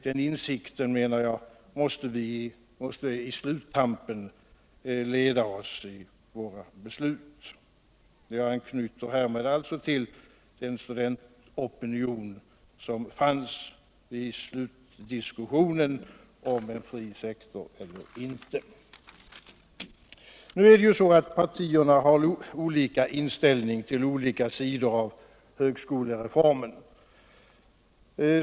Den insikten måste i sluttampen leda oss vid vårt beslutsfattande. Jag anknyter härmed alltså till den studentopinion som fanns vid slutdiskussionen i frågan om en fri sektor eller inte. Nu är det emellertid också så, att partierna har olika inställning till olika sidor av högskolereformen.